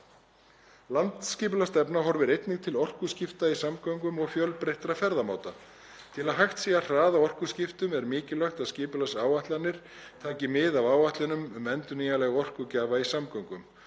Landsskipulagsstefna horfir einnig til orkuskipta í samgöngum og fjölbreyttra ferðamáta. Til að hægt sé að hraða orkuskiptum er mikilvægt að skipulagsáætlanir taki mið af áætlunum um endurnýjanlega orkugjafa í samgöngum.